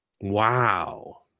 wow